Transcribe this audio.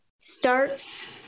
starts